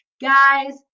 guys